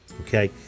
Okay